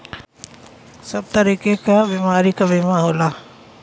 सब तरीके क बीमारी क बीमा होला